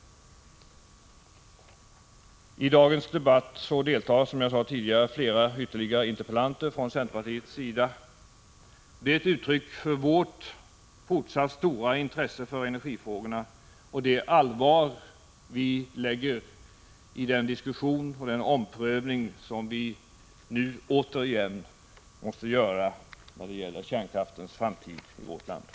I dagens debatt deltar, som jag tidigare sade, flera interpellanter från centerpartiet. Detta är ett uttryck för vårt fortsatt stora intresse för energifrågorna och det allvar vi tillmäter i diskussionen om den omprövning som vi nu återigen måste göra när det gäller kärnkraftens framtid i vårt land.